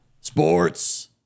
Sports